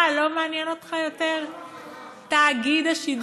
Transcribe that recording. מה, לא מעניין אותך יותר תאגיד השידור הישראלי?